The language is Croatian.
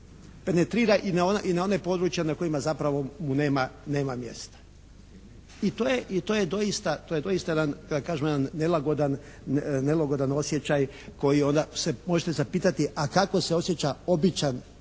penetrira i na ona područja na kojima zapravo nema mjesta. I to je doista jedan, da tako kažemo jedan nelagodan osjećaj koji onda se možete zapitati a kako se osjeća običan